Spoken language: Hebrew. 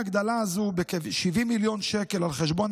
ההגדלה הזאת בכ-70 מיליון שקל על חשבון